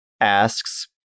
asks